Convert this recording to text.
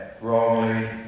wrongly